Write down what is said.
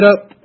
up